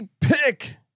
pick